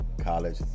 college